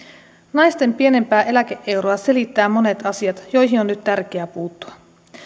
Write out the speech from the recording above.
naisten pienempää eläke euroa selittävät monet asiat joihin on nyt tärkeää puuttua